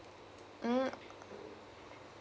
mm